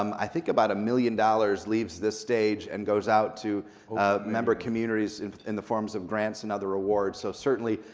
um i think about one million dollars leaves this stage and goes out to member communities in the forms of grants and other awards, so certainly,